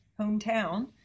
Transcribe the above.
hometown